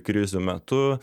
krizių metu